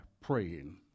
praying